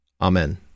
Amen